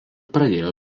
pradėjo